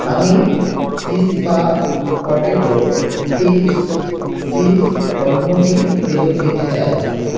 আমি চিজপা potato crisp chips পণ্যটি ফেরত দিতে চাই